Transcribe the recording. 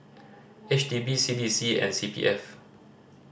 H D B C D C and C P F